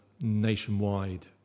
nationwide